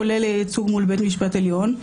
כולל ייצוג מול בית משפט עליון.